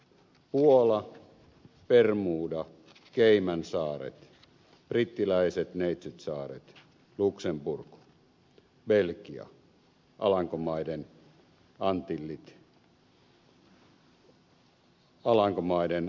puola bermuda caymansaaret brittiläiset neitsytsaaret luxemburg belgia alankomaiden antillit alankomaiden aruba sveitsi